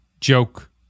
joke